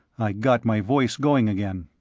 i got my voice going again.